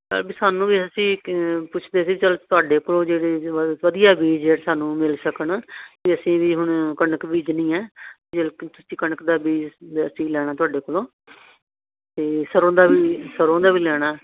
ਅ ਵੀ ਸਾਨੂੰ ਵੀ ਅਸੀਂ ਪੁੱਛਦੇ ਸੀ ਚੱਲ ਤੁਹਾਡੇ ਕੋਲੋਂ ਜਿਹੜੇ ਵਧੀਆ ਬੀਜ ਸਾਨੂੰ ਮਿਲ ਸਕਣ ਅਤੇ ਅਸੀਂ ਵੀ ਹੁਣ ਕਣਕ ਬੀਜਣੀ ਹੈ ਤੁਸੀਂ ਕਣਕ ਦਾ ਬੀਜ ਅਸੀਂ ਲੈਣਾ ਤੁਹਾਡੇ ਕੋਲੋਂ ਅਤੇ ਸਰ੍ਹੋਂ ਦਾ ਵੀ ਸਰ੍ਹੋਂ ਦਾ ਵੀ ਲੈਣਾ